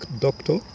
doctor